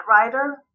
writer